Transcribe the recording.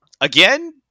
again